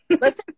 Listen